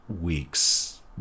weeks